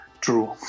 true